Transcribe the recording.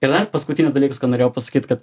ir dar paskutinis dalykas ką norėjau pasakyti kad